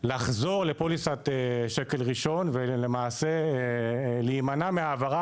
לחזור לפוליסת שקל ראשון ולמעשה להימנע מההעברה